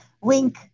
wink